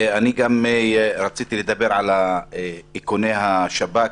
רציתי לדבר על איכוני השב"כ.